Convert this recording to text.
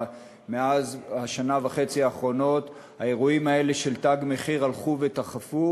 בשנה וחצי האחרונות האירועים האלה של "תג מחיר" הלכו ותכפו